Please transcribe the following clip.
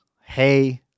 Hey